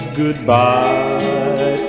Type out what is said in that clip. goodbye